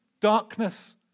Darkness